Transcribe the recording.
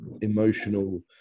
emotional